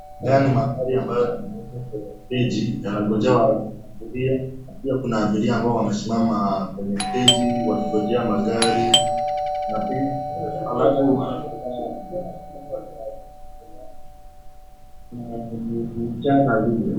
Haya ni mabasi ambayo yameekwa kwenye steji yanangojea abiria na pia kuna abiria ambao wamesimama kenye steji wakingojea magari na pia- alafu ni mchana vile.